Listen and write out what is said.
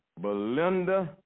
Belinda